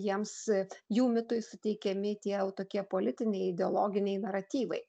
jiems jų mitui suteikiami tie tokie politiniai ideologiniai naratyvai